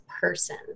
person